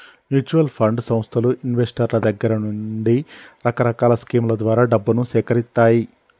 mutual fund సంస్థలు ఇన్వెస్టర్ల దగ్గర నుండి రకరకాల స్కీముల ద్వారా డబ్బును సేకరిత్తాయి